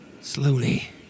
Slowly